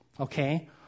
Okay